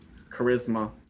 Charisma